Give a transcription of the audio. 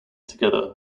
together